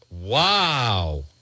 Wow